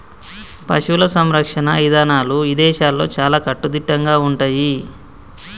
పశువుల సంరక్షణ ఇదానాలు ఇదేశాల్లో చాలా కట్టుదిట్టంగా ఉంటయ్యి